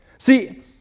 See